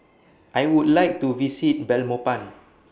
I Would like to visit Belmopan